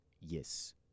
Yes